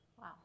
wow